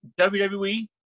WWE